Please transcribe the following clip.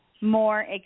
more